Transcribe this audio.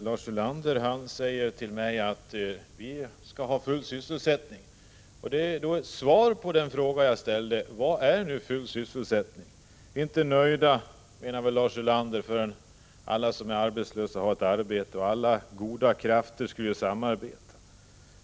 Fru talman! Lars Ulander säger till mig att vi skall ha full sysselsättning, som svar på den fråga jag ställde om vad full sysselsättning är. Man är inte nöjd förrän alla som är arbetslösa har ett arbete, menar Lars Ulander, och alla goda krafter skall samarbeta.